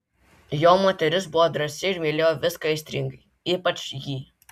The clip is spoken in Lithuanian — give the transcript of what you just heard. jo moteris buvo drąsi ir mylėjo viską aistringai ypač jį